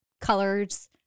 colors